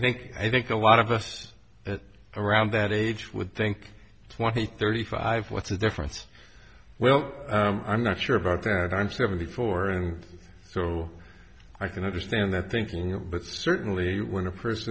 think i think a lot of us at around that age would think twenty thirty five what's the difference well i'm not sure about that i'm seventy four and so i can understand that thinking of but certainly when